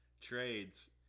trades